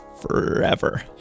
forever